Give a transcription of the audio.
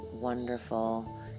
wonderful